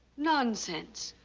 nonsense.